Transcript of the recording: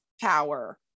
power